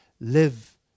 live